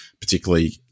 particularly